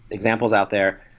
examples out there,